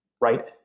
right